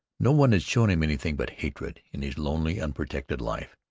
no one had shown him anything but hatred in his lonely, unprotected life,